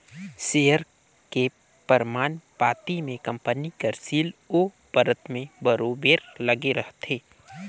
share के परमान पाती में कंपनी कर सील ओ पतर में बरोबेर लगे रहथे